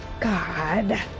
God